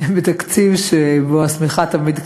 בתקציב שבו השמיכה תמיד קצרה.